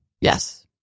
Yes